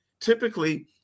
Typically